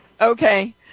Okay